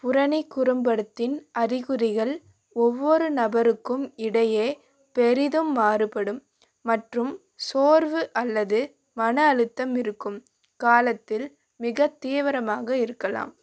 புறணி குறும் படத்தின் அறிகுறிகள் ஒவ்வொரு நபருக்கும் இடையே பெரிதும் மாறுபடும் மற்றும் சோர்வு அல்லது மன அழுத்தம் இருக்கும் காலத்தில் மிகத் தீவிரமாக இருக்கலாம்